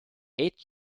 eight